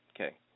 Okay